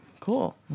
cool